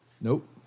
Nope